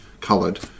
coloured